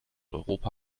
europa